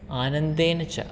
आनन्देन च